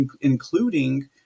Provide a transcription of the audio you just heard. including